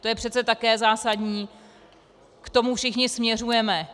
To je přece také zásadní, k tomu všichni směřujeme.